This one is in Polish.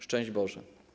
Szczęść Boże.